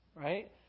right